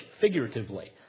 figuratively